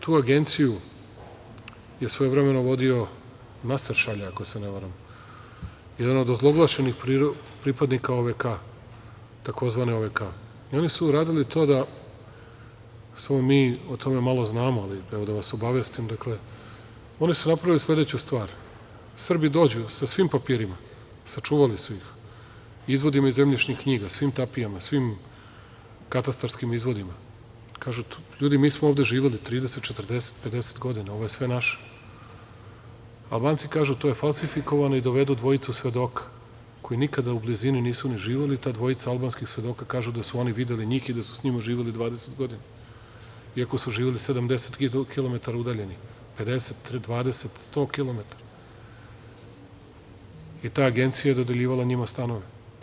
Tu agenciju je svojevremeno vodio Maser Šalja, ako se ne varam, jedan od ozloglašenih pripadnika OVK, tzv. OVK i oni su uradili to da smo mi, o tome malo znamo, ali da vas obavestim, oni su napravili sledeću stvar, Srbi dođu sa svim papirima, sačuvali su ih, izvodima iz zemljišnih knjiga, svim tapijama, svim katastarskim izvodima, i kažu, ljudi, mi smo ovde živeli 30,40,50 godina, ovo je sve naše, a Albanci kažu – to je falsifikovano i dovedu dvojicu svedoka, koji nikada u blizini nisu ni živeli tada, i dvojica albanskih svedoka, kažu da su oni videli njih i da su sa njima živeli 20 godina, iako su živeli 70 kilometara udaljeni, 50, 20 ili 100 kilometara, i ta agencija je njima dodeljivala stanove.